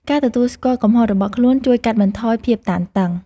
ការទទួលស្គាល់កំហុសរបស់ខ្លួនជួយកាត់បន្ថយភាពតានតឹង។